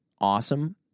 awesome